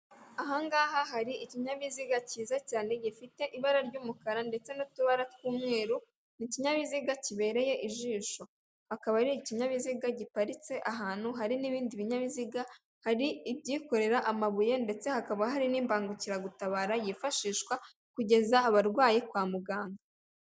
Ahangaha hari ikinyabiziga cyiza cyane gifite ibara ry'umukara ndetse n'utubara tw'umweru, ni ikinyabiziga kibereye ijisho akaba ari ikinyabiziga giparitse ahantu hari n'ibindi binyabiziga hari ibyikorera amabuye ndetse hakaba hari n'imbangukiragutabara yifashishwa kugeza abarwayi kwa muganga.